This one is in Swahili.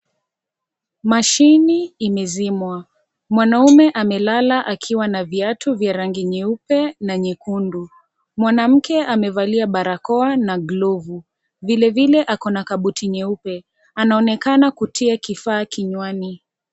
Mashini imezimwa, mwanaume amelala akiwa na viatu vya rangi nyeupe na nyekundu, mwanamke amevalia barakoa na glovu vile vile ako na kabuti nyeupe anaonekana kutia kifaa kinywani.